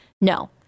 No